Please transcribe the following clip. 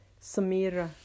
Samira